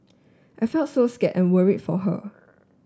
I felt so scared and worried for her